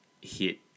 hit